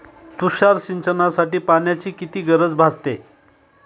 तुषार सिंचनासाठी पाण्याची किती गरज भासते?